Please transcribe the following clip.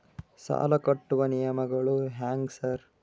ಸಾಲ ಕಟ್ಟುವ ನಿಯಮಗಳು ಹ್ಯಾಂಗ್ ಸಾರ್?